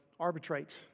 arbitrates